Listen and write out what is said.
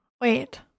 Wait